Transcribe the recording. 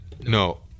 no